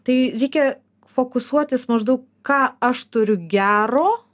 tai reikia fokusuotis maždaug ką aš turiu gero